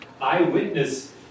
eyewitness